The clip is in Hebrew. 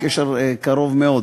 קשר קרוב מאוד,